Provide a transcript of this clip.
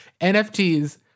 NFTs